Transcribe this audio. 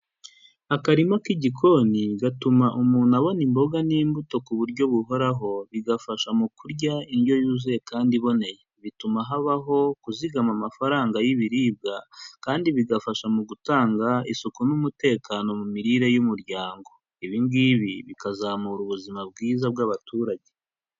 Akarima k'igikoni gatuma umuntu abona imboga n'imbuto ku buryo buhoraho, bigafasha mu kurya indyo yuzuye kandi iboneye. Bituma habaho kuzigama amafaranga y'ibiribwa, kandi bigafasha mu gutanga isuku n'umutekano mu mirire y'umuryango. Ibi ngibi bikazamura ubuzima bwiza bw'abaturage.